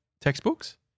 textbooks